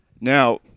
Now